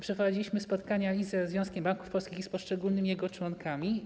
Przeprowadziliśmy spotkania i ze Związkiem Banków Polskich, i z poszczególnymi jego członkami.